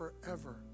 forever